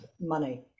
money